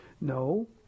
no